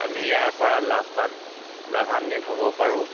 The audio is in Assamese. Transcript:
আমি ইয়াৰ পৰা লাভৱান লাভান্বিত হ'ব পাৰোঁ